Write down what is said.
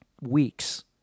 weeks